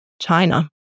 China